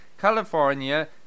california